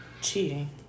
Cheating